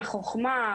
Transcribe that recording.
החוכמה,